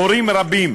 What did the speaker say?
הורים רבים